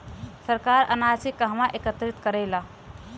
सरकार अनाज के कहवा एकत्रित करेला?